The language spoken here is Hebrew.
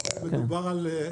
שמדובר על שניים,